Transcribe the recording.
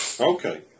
Okay